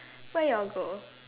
where you go